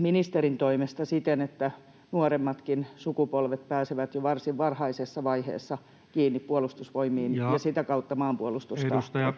ministerin toimesta siten, että nuoremmatkin sukupolvet pääsevät jo varsin varhaisessa vaiheessa kiinni Puolustusvoimiin ja sitä kautta maanpuolustustahtoon?